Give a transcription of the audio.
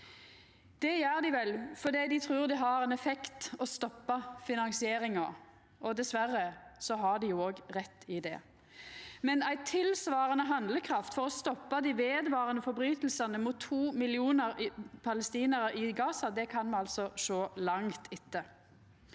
Det gjer dei vel fordi dei trur det har ein effekt å stoppa finansieringa, og dessverre har dei rett i det. Ei tilsvarande handlekraft for å stoppa dei vedvarande brotsverka mot to millionar palestinarar i Gaza kan me altså sjå langt etter.